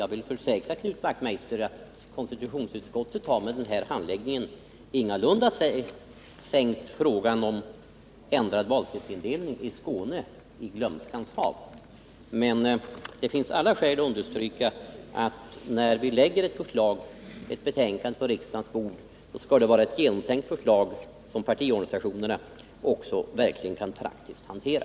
Jag vill försäkra Knut Wachtmeister att konstitutionsutskottet med handläggningen denna gång ingalunda har sänkt frågan om ändrad valkretsindelning i Skåne i glömskans hav. Men det finns alla skäl att understryka att när vi lägger fram ett betänkande på riksdagens bord, skall det vara ett genomtänkt förslag som partiorganisationerna verkligen kan praktiskt hantera.